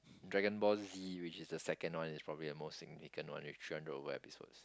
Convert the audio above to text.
dragon ball Z which is the second one is probably the most significant one with three hundred over episodes